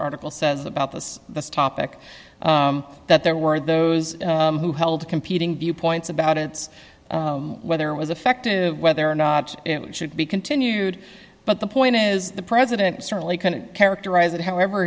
article says about this topic that there were those who held competing viewpoints about its whether it was effective whether or not it should be continued but the point is the president certainly can characterize it however